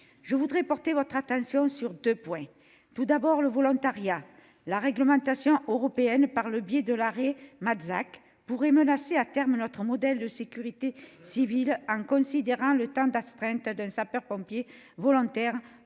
Je souhaite appeler votre attention sur deux points, dont le premier est le volontariat. La réglementation européenne, par le biais de l'arrêt, pourrait menacer à terme notre modèle de sécurité civile, en considérant le temps d'astreinte d'un sapeur-pompier volontaire